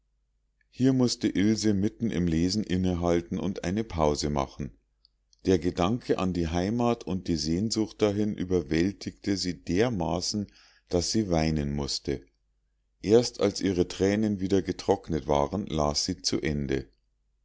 hier mußte ilse mitten im lesen innehalten und eine pause machen der gedanke an die heimat und die sehnsucht dahin überwältigten sie dermaßen daß sie weinen mußte erst als ihre thränen wieder getrocknet waren las sie zu ende